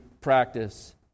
practice